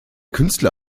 künstler